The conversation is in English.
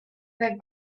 that